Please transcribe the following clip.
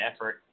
effort